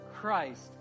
Christ